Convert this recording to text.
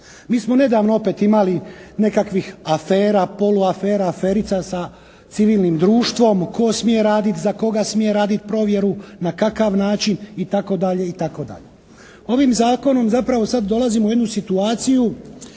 Mi smo nedavno opet imali nekakvih afera, polu afera, aferica sa civilnim društvom tko smije raditi, za koga smije raditi provjeru, na kakav način itd. itd. Ovim zakonom zapravo sad dolazimo u jednu situaciju